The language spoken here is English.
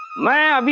my i mean